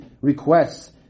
requests